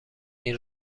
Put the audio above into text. این